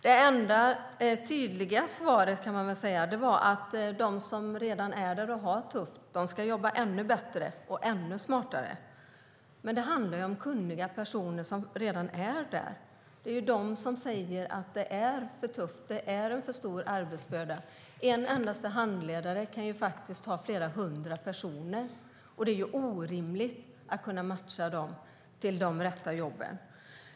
Det enda tydliga svaret är att de som redan är där och har det tufft ska jobba ännu bättre och ännu smartare. Det är kunniga personer som redan är där. Det är de som säger att det är för tufft och en för stor arbetsbörda. En enda handledare kan ha fler hundra personer. Det är orimligt att kunna matcha dem till de rätta jobben.